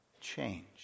change